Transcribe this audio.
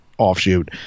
offshoot